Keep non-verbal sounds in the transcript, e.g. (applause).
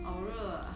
(noise)